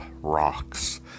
rocks